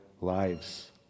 lives